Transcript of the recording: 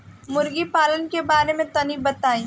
मुर्गी पालन के बारे में तनी बताई?